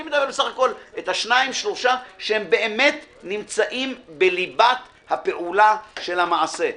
אני מדבר בסך הכול על שניים שלושה שבאמת נמצאים בליבת הפעולה של המעשה.